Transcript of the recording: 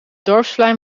dorpsplein